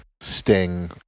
Sting